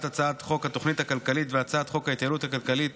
הצעת חוק התוכנית הכלכלית והצעת חוק ההתייעלות הכלכלית